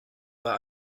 bei